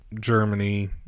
Germany